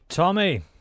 Tommy